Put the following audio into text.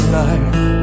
life